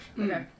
okay